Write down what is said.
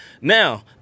Now